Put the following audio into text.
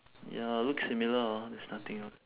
ya looks similar hor there's nothing else